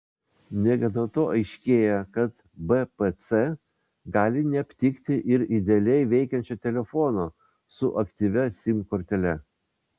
negana to aiškėja kad bpc gali neaptikti ir idealiai veikiančio telefono su aktyvia sim kortele